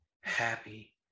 happy